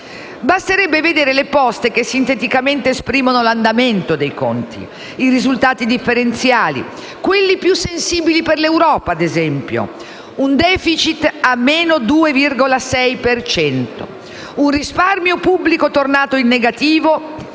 Basterebbe vedere le poste che sinteticamente esprimono l'andamento di tali conti, i risultati differenziali, quelli più sensibili per l'Europa: un *deficit* a meno 2,6 per cento, un risparmio pubblico tornato in negativo